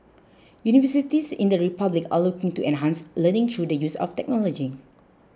universities in the republic are looking to enhance learning through the use of technology